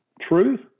truth